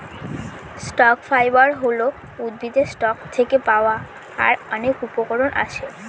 stock fibre হল উদ্ভিদের stalk থেকে পাওয়া যার অনেক উপকরণ আছে